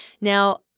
Now